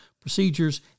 procedures